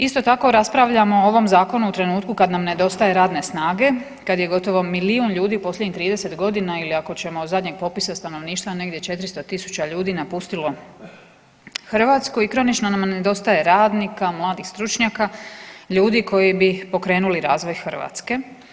Isto tako raspravljamo o ovom zakonu u trenutku kad nam nedostaje radne snage, kad je gotovo milijun ljudi u posljednjih 30.g. ili ako ćemo od zadnjeg popisa stanovništva negdje 400.000 ljudi napustilo Hrvatsku i kronično nam nedostaje radnika, mladih stručnjaka, ljudi koji bi pokrenuli razvoj Hrvatske.